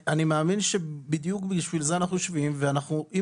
אני מאמין שבדיוק בשביל זה אנחנו יושבים ואם